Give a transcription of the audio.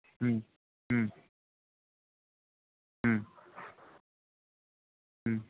হুম হুম হুম হুম